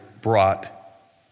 brought